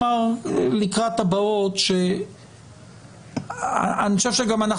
לקראת הבאות אני רוצה לומר שאני חושב שאנו